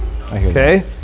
okay